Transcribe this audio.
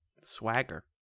swagger